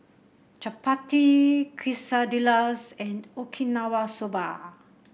Chapati Quesadillas and Okinawa Soba